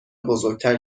بزرگتر